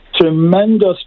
tremendous